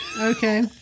Okay